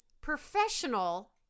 professional